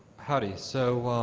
howdy. so